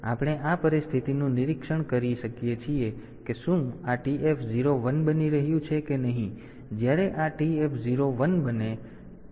તેથી આપણે આ પરિસ્થિતિનું નિરીક્ષણ કરી શકીએ છીએ કે શું આ TF 0 1 બની રહ્યું છે કે નહીં અને જ્યારે આ TF0 1 બને છે